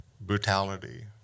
Brutality